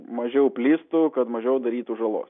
mažiau plistų kad mažiau darytų žalos